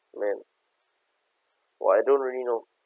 man !wah! I don't really know